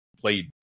played